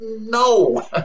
No